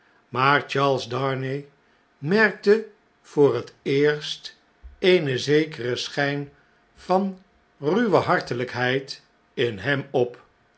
maar charles darnay merkte voorhet eerst een zekeren schjjn van ruwe hartelijkheid in hem op